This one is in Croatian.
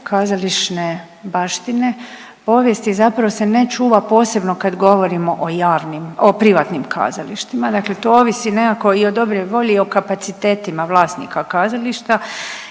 kazališne baštine, povijesti zapravo se ne čuva posebno kad govorimo o javnim, o privatnim kazalištima. Dakle, to ovisi nekako i o dobroj volji i o kapacitetima vlasnika kazališta